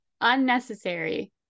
unnecessary